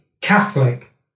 Catholic